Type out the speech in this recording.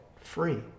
free